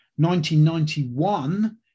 1991